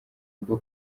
rwo